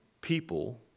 people